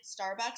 Starbucks